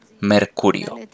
Mercurio